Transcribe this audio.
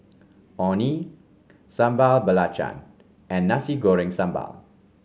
Orh Nee Sambal Belacan and Nasi Goreng Sambal